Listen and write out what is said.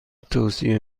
توصیه